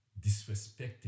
disrespecting